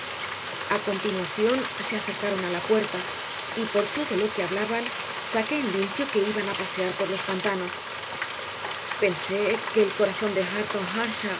devolver a continuación se acercaron a la puerta y por todo lo que hablaban saqué en limpio que iban a pasear por los pantanos pensé que el corazón de hareton